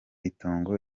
itongo